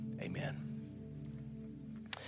Amen